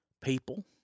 People